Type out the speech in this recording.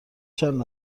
چند